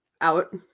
out